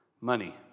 money